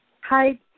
Hi